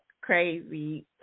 crazy